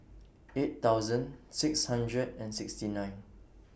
eight thousand six hundred and sixty nine